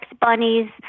bunnies